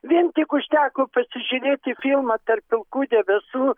vien tik užteko pasižiūrėti filmą tarp pilkų debesų